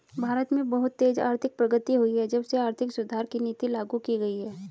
भारत में बहुत तेज आर्थिक प्रगति हुई है जब से आर्थिक सुधार की नीति लागू की गयी है